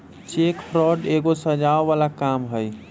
cheque fraud एगो सजाओ बला काम हई